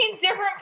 different